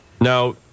Now